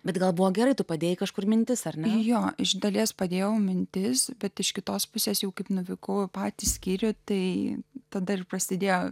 bet gal buvo gerai tu padėjai kažkur mintis ar ne jo iš dalies padėjau mintis bet iš kitos pusės jau kaip nuvykau į patį skyrių tai tada ir prasidėjo